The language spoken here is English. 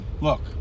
look